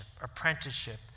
apprenticeship